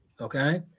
Okay